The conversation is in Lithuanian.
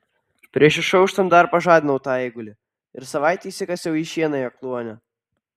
prieš išauštant dar pažadinau tą eigulį ir savaitei įsikasiau į šieną jo kluone